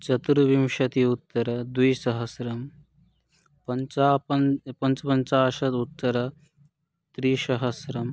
चतुर्विंशति उत्तरद्विसहस्रं पञ्च प पञ्चपञ्चाशदुत्तरत्रिसहस्रं